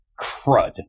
Crud